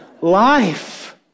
Life